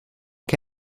que